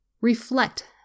Reflect